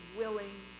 willing